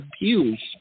abuse